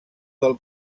del